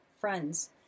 friends